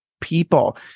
people